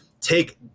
take